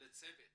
לצוות